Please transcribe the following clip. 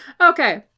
Okay